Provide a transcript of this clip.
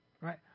Right